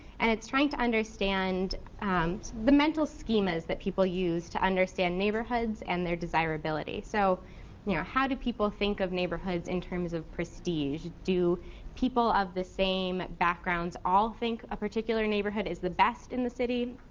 and it's trying to understand the mental schemas that people use to understand neighborhoods and their desirability. desirability. so and you know how do people think of neighborhoods in terms of prestige? do people of the same backgrounds all think a particular neighborhood is the best in the city,